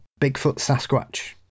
Bigfoot-Sasquatch